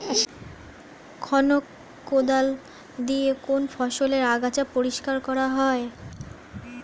খনক কোদাল দিয়ে কোন ফসলের আগাছা পরিষ্কার করা হয়?